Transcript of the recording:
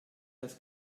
das